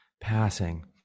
passing